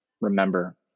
remember